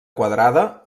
quadrada